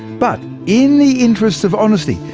but, in the interests of honesty,